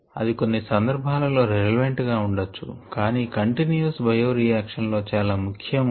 అది కొన్ని సందర్భాలలో రిలవెంట్ గా ఉండొచ్చు కానీ కంటిన్యువస్ బయో రియాక్షన్ లో చాలా ముఖ్యము